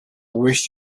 wish